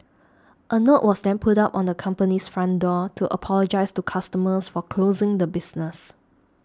a note was then put up on the company's front door to apologise to customers for closing the business